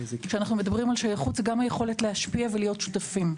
כשאנו מדברים על שייכות זה גם היכולת להשפיע ולהיות שותפים.